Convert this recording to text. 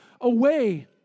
away